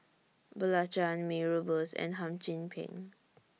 Belacan Mee Rebus and Hum Chim Peng